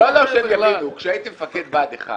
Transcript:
לא, שהם יבינו, כשהייתי מפקד בה"ד 1